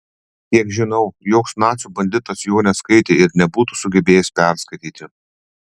kiek žinau joks nacių banditas jo neskaitė ir nebūtų sugebėjęs perskaityti